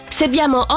serviamo